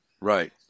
right